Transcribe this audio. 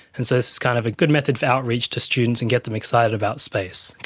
and so this is kind of a good method for outreach to students and get them excited about space.